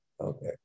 Okay